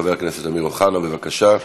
חבר הכנסת אמיר אוחנה, בבקשה.